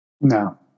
No